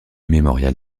mémorial